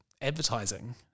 advertising